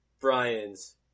Brian's